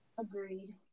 Agreed